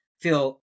feel